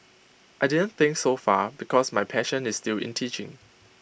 I didn't think so far because my passion is still in teaching